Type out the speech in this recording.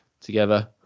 together